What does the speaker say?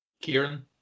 Kieran